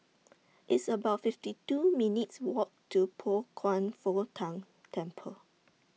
It's about fifty two minutes' Walk to Pao Kwan Foh Tang Temple